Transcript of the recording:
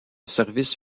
service